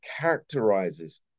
characterizes